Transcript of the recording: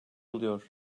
alıyor